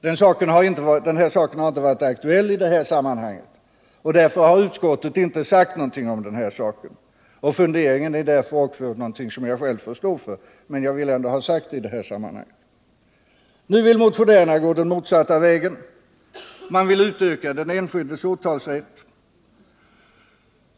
Detta har inte varit aktuellt i det här sammanhanget, och därför har utskottet inte gjort något uttalande om den saken. Funderingen är således något som jag själv får stå för, men jag vill ändå ha det sagt. Nu vill motionärerna gå den motsatta vägen: man vill utöka den enskildes åtalsrätt.